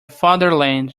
fatherland